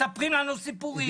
מספרים לנו סיפורים.